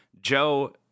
Joe